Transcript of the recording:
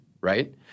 right